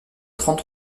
trente